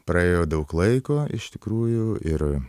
praėjo daug laiko iš tikrųjų ir